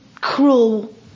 cruel